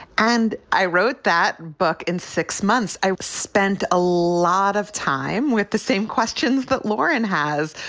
and i wrote that book in six months. i spent a lot of time with the same questions that lauren has,